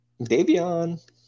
Davion